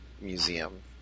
museum